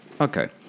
okay